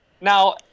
Now